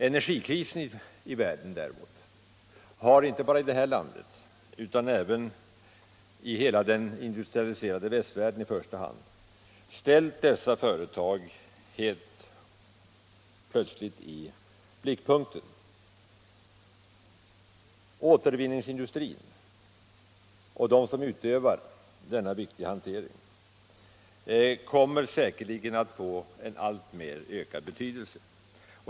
Energikrisen i världen har emellertid inte bara i vårt land utan i hela den industrialiserade västvärlden helt plötsligt ställt dessa företag i blickpunkten. Återvinningsindustrin och de som utövar denna viktiga hantering kommer säkerligen att få en alltmer ökad betydelse.